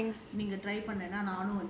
உன்:un friends தான:thana